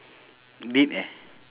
did eh